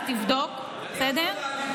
אז תבדוק.